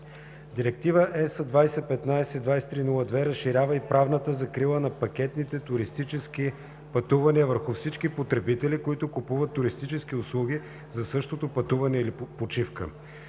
Директива (ЕС) 2015/2302 разширява и правната закрила за пакетните туристически пътувания върху всички потребители, които купуват туристически услуги за същото пътуване или почивка.